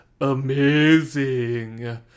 amazing